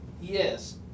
Yes